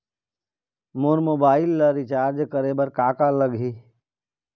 मोर mobile ला recharge करे बर का का लगही?